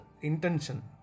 intention